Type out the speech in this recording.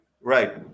right